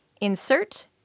Insert